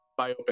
biopic